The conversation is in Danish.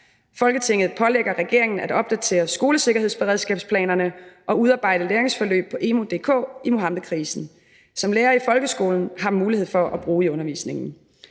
Folketinget pålægger regeringen at opdatere skolesikkerhedsberedskabsplanerne og udarbejde læringsforløb på emu.dk i Muhammedkrisen, som lærere i folkeskolen har mulighed for at bruge i undervisningen.